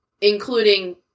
including